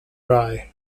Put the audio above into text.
rye